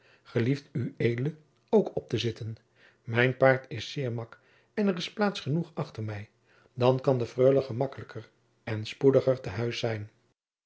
gelieft ued ook op te zitten mijn paard is zeer mak en er is plaats genoeg achter mij dan kan de freule gemakkelijker en spoediger te huis zijn